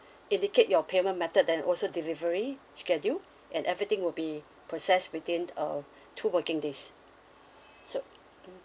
it your payment method then also delivery schedule and everything will be processed between uh two working days so mm